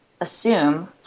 assume